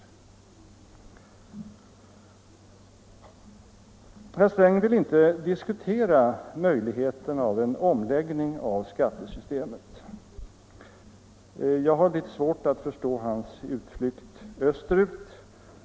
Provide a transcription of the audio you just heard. Herr Sträng vill inte diskutera möjligheten till en omläggning av skattesystemet. Jag har litet svårt att förstå hans utflykt österut.